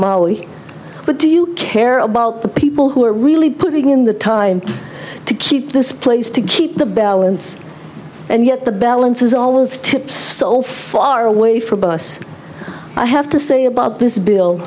mali but do you care about the people who are really putting in the time to keep this place to keep the balance and yet the balance is always tips so far away from us i have to say about this bill